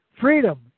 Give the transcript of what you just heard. Freedom